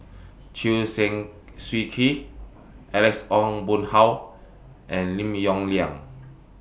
Chew Swee Kee Alex Ong Boon Hau and Lim Yong Liang